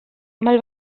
mal